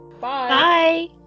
Bye